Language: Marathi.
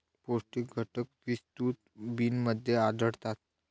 पौष्टिक घटक विस्तृत बिनमध्ये आढळतात